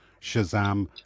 Shazam